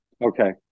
Okay